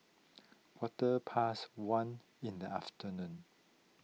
quarter past one in the afternoon